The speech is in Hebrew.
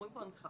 רואים פה הנכחה.